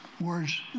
words